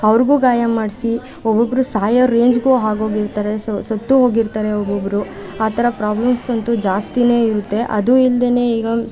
ಅವ್ರಿಗೂ ಗಾಯ ಮಾಡಿಸಿ ಒಬ್ಬೊಬ್ಬರು ಸಾಯೋ ರೇಂಜಿಗೂ ಆಗೋಗಿರ್ತಾರೆ ಸೊ ಸತ್ತು ಹೋಗಿರ್ತಾರೆ ಒಬ್ಬೊಬ್ಬರು ಆ ಥರ ಪ್ರಾಬ್ಲಮ್ಸಂತೂ ಜಾಸ್ತಿಯೇ ಇರುತ್ತೆ ಅದು ಇಲ್ಲದೇನೆ ಈಗ